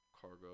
cargo